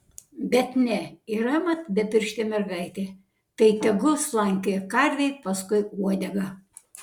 bet ne yra mat bepirštė mergaitė tai tegu slankioja karvei paskui uodegą